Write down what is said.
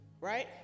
Right